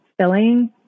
filling